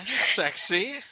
sexy